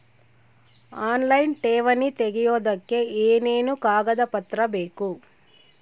Online ಠೇವಣಿ ತೆಗಿಯೋದಕ್ಕೆ ಏನೇನು ಕಾಗದಪತ್ರ ಬೇಕು?